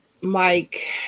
Mike